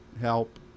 help